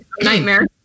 nightmare